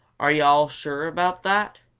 are yo' all sure about that?